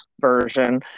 version